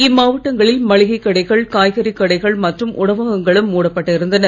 இம்மாவட்டங்களில் மளிகை கடைகள் காய்கறி கடைகள் மற்றும் உணவகங்களும் மூடப்பட்டு இருந்தன